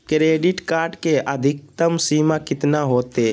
Credit card के अधिकतम सीमा कितना होते?